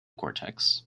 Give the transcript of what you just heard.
cortex